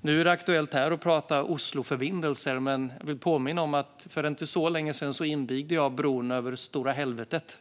Nu är det aktuellt här att prata om Osloförbindelser, men jag vill påminna om att jag för inte så länge sedan invigde bron över Stora Helvetet.